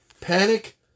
Panic